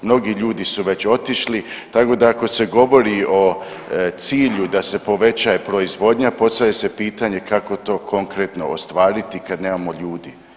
Mnogi ljudi su već otišli tako da ako se govori o cilju da se povećaje proizvodnja postavlja se pitanje kako to konkretno ostvariti kad nemamo ljudi.